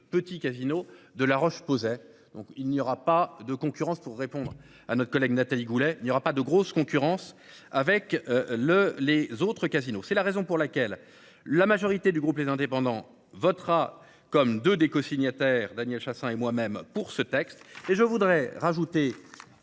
Petit Casino de La Roche posait donc il n'y aura pas de concurrence pour répondre à notre collègue Nathalie Goulet, il n'y aura pas de grosse concurrence avec le, les autres casinos. C'est la raison pour laquelle la majorité du groupe les indépendants votera comme de des cosignataires Daniel Chassain et moi-même pour ce texte et je voudrais rajouter.